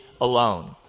alone